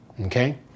Okay